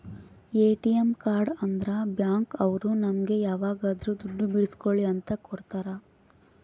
ATM card ಅಂದ್ರ bank ಅವ್ರು ನಮ್ಗೆ ಯಾವಾಗದ್ರು ದುಡ್ಡು ಬಿಡ್ಸ್ಕೊಳಿ ಅಂತ ಕೊಡ್ತಾರ